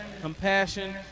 compassion